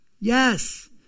Yes